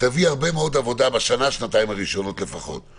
תביא הרבה מאוד עבודה בשנה-שנתיים הראשונות לפחות,